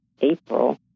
April